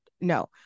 no